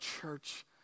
church